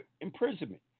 imprisonment